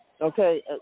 Okay